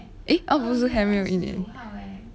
eh 那不是还没有一年